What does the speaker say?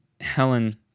Helen